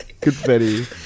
confetti